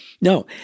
No